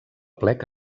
plec